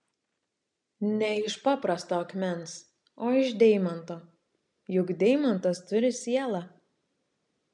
ne iš paprasto akmens o iš deimanto juk deimantas turi sielą